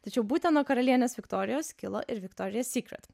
tačiau būtent nuo karalienės viktorijos kilo ir viktorija sykret